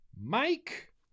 Mike